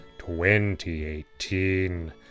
2018